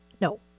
No